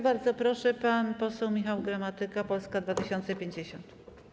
Bardzo proszę, pan poseł Michał Gramatyka, Polska 2050.